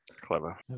Clever